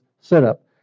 setup